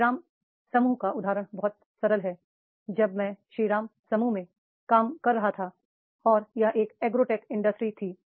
श्रीराम समूह का उदाहरण बहुत सरल है जब मैं श्रीराम समूह में काम कर रहा था और यह एक एग्रो टेक इंडस्ट्री थी